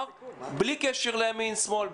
בלי קשר לימין ושמאל,